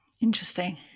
Interesting